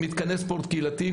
מתקני ספורט קהילתיים,